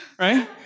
right